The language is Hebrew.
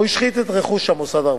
או השחית את רכוש המוסד הרפואי,